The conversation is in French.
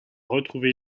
retrouvé